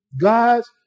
God's